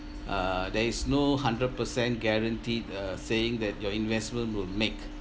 err there is no hundred percent guaranteed uh saying that your investment will make